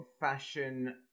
fashion